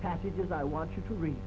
passages i want you to read